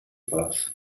boss